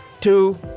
Two